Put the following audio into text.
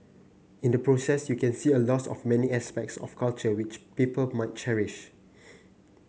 in the process you can see a loss of many aspects of culture which people might cherish